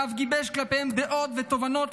ואף גיבש כלפיהן דעות ותובנות,